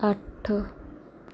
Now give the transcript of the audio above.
ਅੱਠ